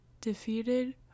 Defeated